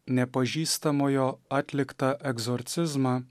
nepažįstamojo atliktą egzorcizmą